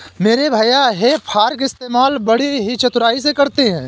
मेरे भैया हे फार्क इस्तेमाल बड़ी ही चतुराई से करते हैं